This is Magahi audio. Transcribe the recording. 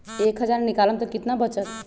एक हज़ार निकालम त कितना वचत?